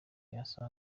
issa